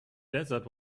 desert